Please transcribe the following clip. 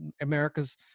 America's